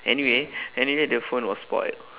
anyway anyway the phone was spoilt